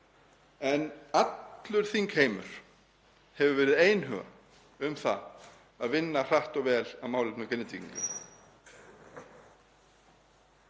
Allur þingheimur hefur verið einhuga um það að vinna hratt og vel að málefnum Grindvíkinga.